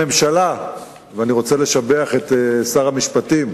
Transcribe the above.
הממשלה, ואני רוצה לשבח את שר המשפטים,